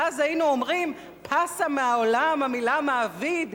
ואז היינו אומרים: פסה מהעולם המלה "מעביד",